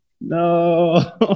no